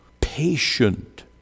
patient